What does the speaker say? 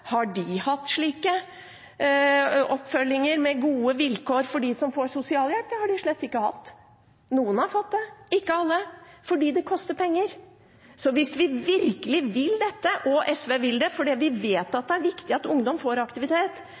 Har de hatt oppfølging med gode vilkår for dem som får sosialhjelp? Det har de slett ikke hatt. Noen har fått det, men ikke alle, for det koster penger. Hvis vi virkelig vil dette – SV vil det, for vi vet at det er viktig at ungdom får aktivitet,